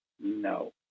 No